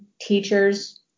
teachers